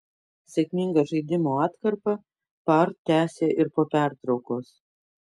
sėkmingą žaidimo atkarpą par tęsė ir po pertraukos